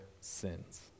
sins